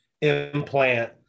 implant